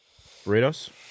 Burritos